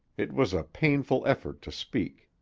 it was a painful effort to speak.